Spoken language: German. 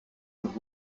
und